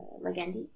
legendi